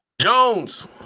Jones